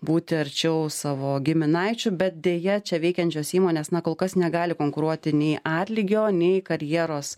būti arčiau savo giminaičių bet deja čia veikiančios įmonės na kol kas negali konkuruoti nei atlygio nei karjeros